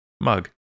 mug